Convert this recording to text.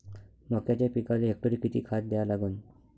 मक्याच्या पिकाले हेक्टरी किती खात द्या लागन?